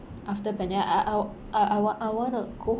after I I w~ I I want I want to go